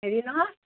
হেৰি নহয়